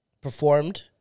performed